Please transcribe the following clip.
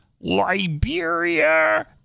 Liberia